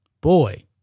Boy